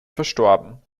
verstorben